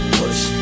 push